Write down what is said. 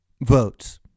votes